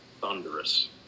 thunderous